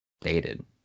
dated